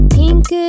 pink